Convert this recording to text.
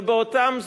ובאותם זמנים,